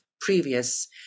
previous